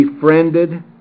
befriended